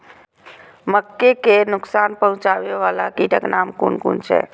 मके के नुकसान पहुँचावे वाला कीटक नाम कुन कुन छै?